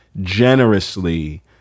generously